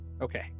Okay